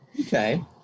Okay